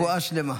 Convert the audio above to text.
רפואה שלמה.